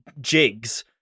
jigs